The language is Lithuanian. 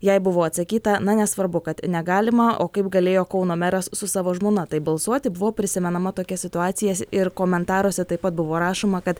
jai buvo atsakyta na nesvarbu kad negalima o kaip galėjo kauno meras su savo žmona taip balsuoti buvo prisimenama tokia situacija ir komentaruose taip pat buvo rašoma kad